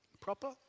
proper